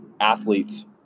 athletes